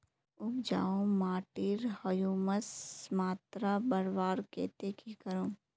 उपजाऊ माटिर ह्यूमस मात्रा बढ़वार केते की करूम?